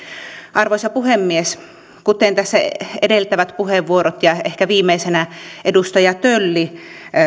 arvoisa puhemies kuten tässä edeltävät puheenvuorot ja ehkä viimeisenä edustaja tölli